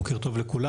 בוקר טוב לכולם.